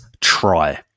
Try